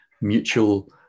mutual